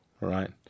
right